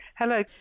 Hello